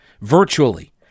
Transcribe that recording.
virtually